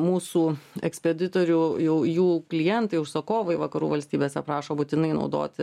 mūsų ekspeditorių jau jų klientai užsakovai vakarų valstybės aprašo būtinai naudoti